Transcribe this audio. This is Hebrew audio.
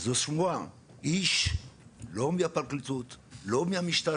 זו שמועה, איש מהפרקליטות וגם לא מהמשטרה